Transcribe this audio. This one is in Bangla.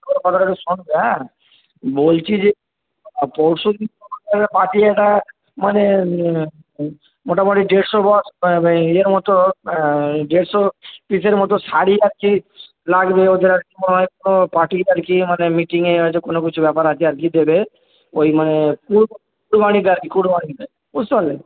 কথাটা একটু শুনবে হ্যাঁ বলছি যে পরশুদি পার্টি একটা মানে মোটামুটি দেড়শো বস্ ইয়ের মতো দেড়শো পিসের মতো শাড়ি আর কি লাগবে ওদের পার্টি আর কি মানে মিটিংয়ে হয়তো কোনো কিছু ব্যাপার আছে আর কি দেবে ওই মানে আর কি বুঝতে পারলে